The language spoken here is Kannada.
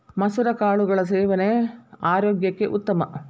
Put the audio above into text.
ಮಸುರ ಕಾಳುಗಳ ಸೇವನೆ ಆರೋಗ್ಯಕ್ಕೆ ಉತ್ತಮ